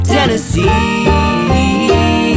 Tennessee